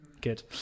good